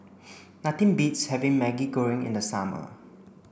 nothing beats having Maggi Goreng in the summer